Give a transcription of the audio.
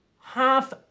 half